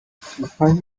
چیزهایی